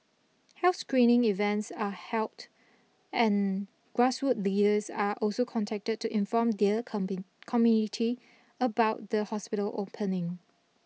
health screening events are held and grassroots leaders are also contacted to inform their comping community about the hospital opening